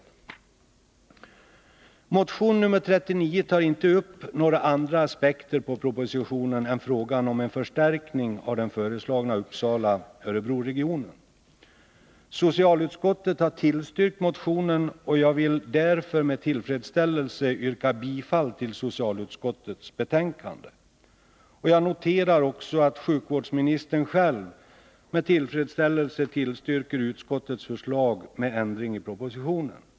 I motion nr 39 behandlas inte några andra avsnitt av propositionen än frågan om en förstärkning av den föreslagna Uppsala-Örebroregionen. Socialutskottet har tillstyrkt motionen, och jag vill därför med tillfredsställelse yrka bifall till socialutskottets hemställan. Jag noterar också att sjukvårdsministern själv med tillfredsställelse tillstyrker utskottets förslag med ändring av förslaget i propositionen.